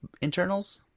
internals